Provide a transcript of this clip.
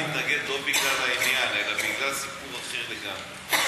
התנגד לא בגלל העניין אלא בגלל סיפור אחר לגמרי.